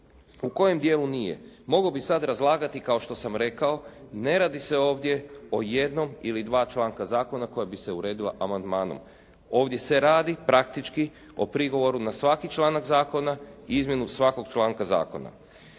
U kojem dijelu nije? Mogao bih sad razlagati, kao što sam rekao ne radi se ovdje o jednom ili dva članka zakona koja bi se uredila amandmanom. Ovdje se radi praktički o prigovoru na svaki članak zakona i izmjenu svakog članka zakona.